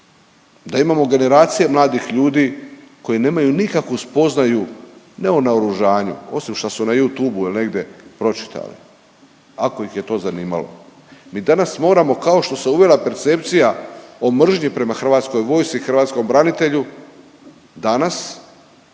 da imamo generacije mladih ljudi koji nemaju nikakvu spoznaju, ne o naoružanju osim što su na YouTubu ili negdje pročitali ako ih je to zanimalo, mi danas moramo kao što se uvela percepcija o mržnji prema hrvatskoj vojsci i hrvatskom branitelju danas